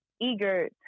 eager